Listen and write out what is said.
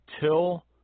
till